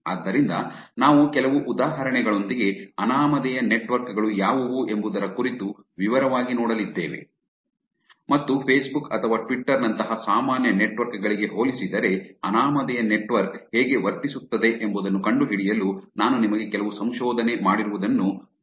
ಆದ್ದರಿಂದ ನಾವು ಕೆಲವು ಉದಾಹರಣೆಗಳೊಂದಿಗೆ ಅನಾಮಧೇಯ ನೆಟ್ವರ್ಕ್ ಗಳು ಯಾವುವು ಎಂಬುದರ ಕುರಿತು ವಿವರವಾಗಿ ನೋಡಲಿದ್ದೇವೆ ಮತ್ತು ಫೇಸ್ಬುಕ್ ಅಥವಾ ಟ್ವಿಟರ್ ನಂತಹ ಸಾಮಾನ್ಯ ನೆಟ್ವರ್ಕ್ ಗಳಿಗೆ ಹೋಲಿಸಿದರೆ ಅನಾಮಧೇಯ ನೆಟ್ವರ್ಕ್ ಹೇಗೆ ವರ್ತಿಸುತ್ತದೆ ಎಂಬುದನ್ನು ಕಂಡುಹಿಡಿಯಲು ನಾನು ನಿಮಗೆ ಕೆಲವು ಸಂಶೋಧನೆ ಮಾಡಿರುವುದನ್ನು ತೋರಿಸುತ್ತೇನೆ